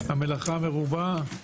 המלאכה מרובה והזמן קצר.